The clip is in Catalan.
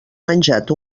menjat